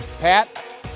Pat